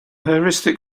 heuristic